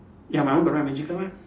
ya my one got write magical mah